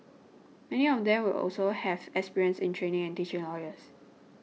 many of them will also have experience in training and teaching lawyers